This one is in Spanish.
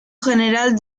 general